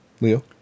Leo